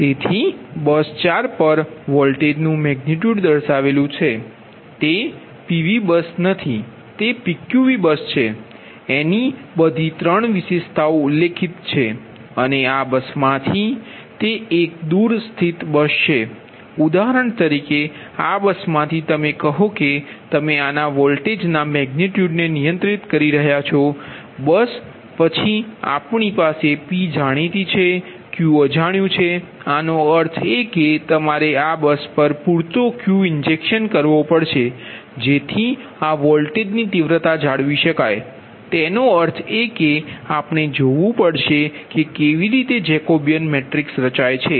તેથી બસ 4 પર વોલ્ટેજનુ મેગનિટયુડ દર્શાવેલુ છે તે PV બસ નથી તે PQV બસ છે એની બધી 3 વિશેષતાઓ ઉલ્લેખિત છે અને આ બસમાંથી તેથી તે એક દૂરથી સ્થિત બસ છે ઉદાહરણ તરીકે આ બસમાંથી તમે કહો કે તમે આના વોલ્ટેજના મેગનિટયુડ ને નિયંત્રિત કરી રહ્યા છો બસ પછી આપણી પાસે P જાણીતી છે Q અજાણ્યુ છે આનો અર્થ એ કે તમારે આ બસ પર પૂરતો Q ઇન્જેક્શન કરવો પડશે જેથી આ વોલ્ટેજની તીવ્રતા જાળવી શકાય તેનો અર્થ એ કે આપણે જોવું પડશે કે કેવી રીતે જેકોબીયન રચાય છે